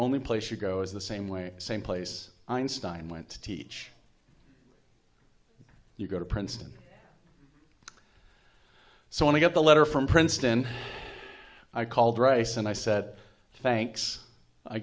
only place you go is the same way same place einstein went to teach you go to princeton so when i got the letter from princeton i called rice and i said thanks i